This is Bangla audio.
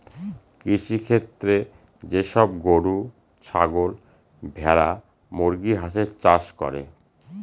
কৃষিক্ষেত্রে যে সব গরু, ছাগল, ভেড়া, মুরগি, হাঁসের চাষ করে